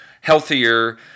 healthier